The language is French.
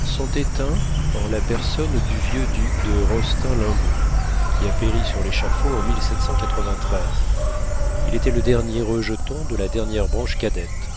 sont éteints en la personne du vieux duc de rostein limbourg qui a péri sur l'échafaud en il était le dernier rejeton de la dernière branche cadette